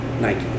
Nike